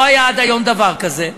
לא היה עד היום דבר כזה,